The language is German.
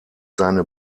seine